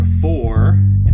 four